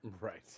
right